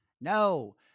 No